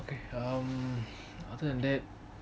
okay um other than that